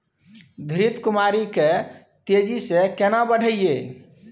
घृत कुमारी के तेजी से केना बढईये?